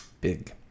Big